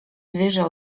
zwierzę